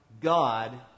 God